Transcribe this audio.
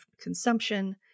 consumption